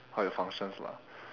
how it functions lah